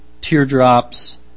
teardrops